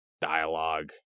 dialogue